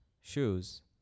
shoes